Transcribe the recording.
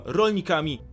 rolnikami